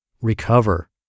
recover